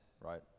right